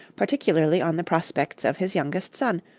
particularly on the prospects of his youngest son,